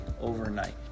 overnight